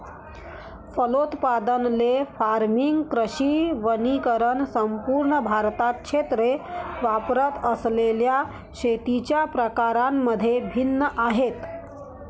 फलोत्पादन, ley farming, कृषी वनीकरण संपूर्ण भारतात क्षेत्रे वापरत असलेल्या शेतीच्या प्रकारांमध्ये भिन्न आहेत